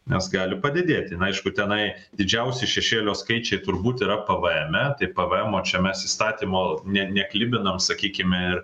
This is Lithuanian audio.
nes gali padidėti na aišku tenai didžiausi šešėlio skaičiai turbūt yra pvme tai pvmo čia mes įstatymo ne neklibinam sakykime